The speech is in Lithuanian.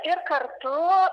ir kartu